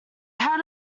had